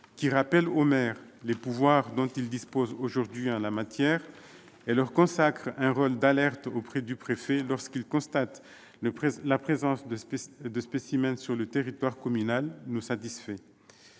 qui rappelle aux maires les pouvoirs dont ils disposent aujourd'hui en la matière et leur consacre un rôle d'alerte auprès du préfet lorsqu'ils constatent la présence de spécimens sur le territoire communal, nous satisfait.